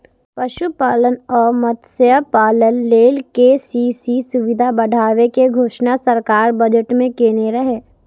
पशुपालन आ मत्स्यपालन लेल के.सी.सी सुविधा बढ़ाबै के घोषणा सरकार बजट मे केने रहै